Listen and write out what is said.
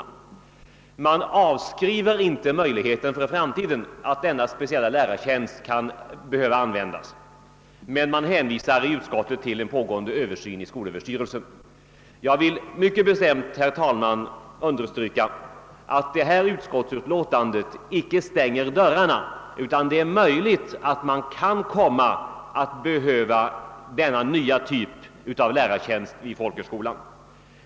Utskottet avskriver inte möjligheten att denna speciella lärartjänst kan behöva användas i framtiden, men man hänvisar till en pågående översyn i skolöverstyrelsen. Jag vill sålunda mycket bestämt understryka, herr talman, att detta utskottsutlåtande icke stänger dörrarna, utan att det är mycket möjligt att man kommer att behöva denna nya typ av lärartjänst vid folkhögskolan.